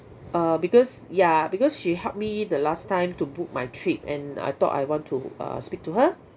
uh because ya because she helped me the last time to book my trip and I thought I want to uh speak to her